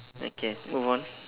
okay move on